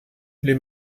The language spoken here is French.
les